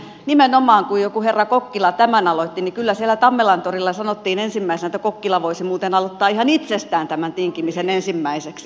nimenomaan kun joku herra kokkila tämän aloitti kyllä siellä tammelantorilla sanottiin ensimmäisenä että kokkila voisi muuten aloittaa ihan itsestään tämän tinkimisen ensimmäiseksi